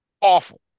awful